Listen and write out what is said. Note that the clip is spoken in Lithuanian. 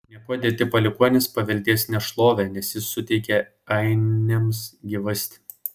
niekuo dėti palikuonys paveldės nešlovę nes jis suteikė ainiams gyvastį